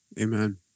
amen